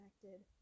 connected